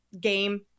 game